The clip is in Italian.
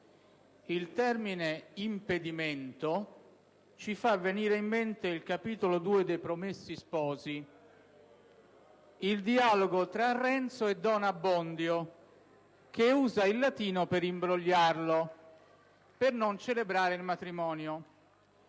il termine impedimento ci fa venire in mente il capitolo 2 de «I promessi sposi», il dialogo tra Renzo e don Abbondio che usa il latino per imbrogliarlo, per non celebrare il matrimonio.